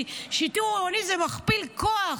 כי שיטור עירוני זה מכפיל כוח,